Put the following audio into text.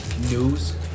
News